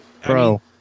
Bro